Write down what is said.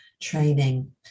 training